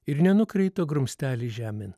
ir nenukrito grumstelis žemėn